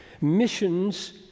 Missions